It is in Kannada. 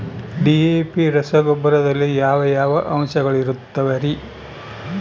ಡಿ.ಎ.ಪಿ ರಸಗೊಬ್ಬರದಲ್ಲಿ ಯಾವ ಯಾವ ಅಂಶಗಳಿರುತ್ತವರಿ?